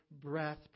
breath